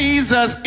Jesus